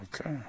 Okay